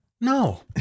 No